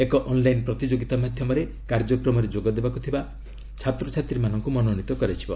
ଏକ ଅନ୍ଲାଇନ୍ ପ୍ରତିଯୋଗୀତା ମାଧ୍ୟମରେ କାର୍ଯ୍ୟକ୍ରମରେ ଯୋଗଦେବାକୁ ଥିବା ଛାତ୍ରଛାତ୍ରୀ ମାନଙ୍କୁ ମନୋନୀତ କରାଯିବ